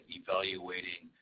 evaluating